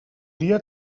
dia